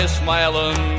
smiling